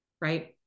Right